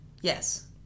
Yes